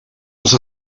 els